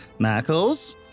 Mackles